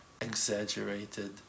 exaggerated